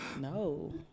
No